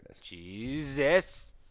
Jesus